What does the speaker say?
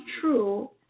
true